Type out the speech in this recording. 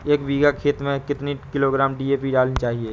एक बीघा खेत में कितनी किलोग्राम डी.ए.पी डालनी चाहिए?